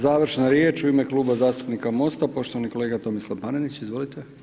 Završna riječ u ime Kluba zastupnika MOST-a, poštovani kolega Tomislav Panenić, izvolite.